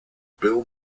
bill